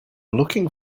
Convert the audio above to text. looking